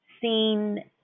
seen